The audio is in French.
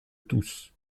tous